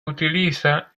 utiliza